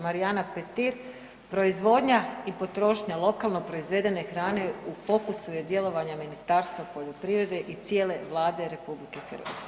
Marijana Petir, proizvodnja i potrošnja lokalno proizvedene hrane u fokusu je djelovanja Ministarstva poljoprivrede i cijele Vlade RH.